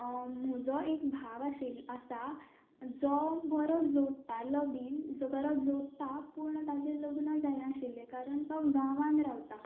म्हजो एक भाव आसा जो बरो जाडटालो बीन जो बरो जोडटा पूण ताचें लग्न जायनाशिल्लें कारण तो गांवांत रावता